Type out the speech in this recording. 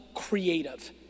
creative